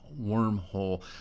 wormhole